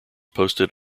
posted